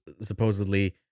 supposedly